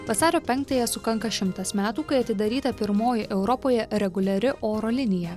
vasario penktąją sukanka šimtas metų kai atidaryta pirmoji europoje reguliari oro linija